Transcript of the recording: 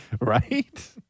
right